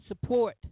support